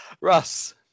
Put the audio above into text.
Russ